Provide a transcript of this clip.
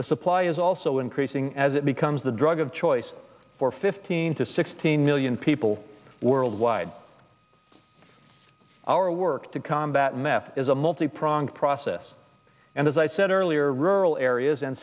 the supply is also increasing as it becomes the drug of choice for fifteen to sixteen million people worldwide our work to combat meth is a multi pronged process and as i said earlier rural areas